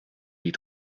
die